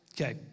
Okay